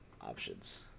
options